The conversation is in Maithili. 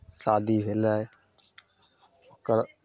शादी भेलै ओकर